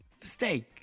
Mistake